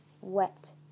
wet